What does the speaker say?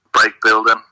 break-building